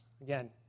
Again